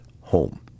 home